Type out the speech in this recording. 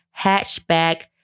hatchback